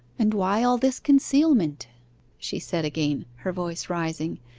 and why all this concealment she said again, her voice rising,